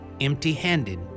empty-handed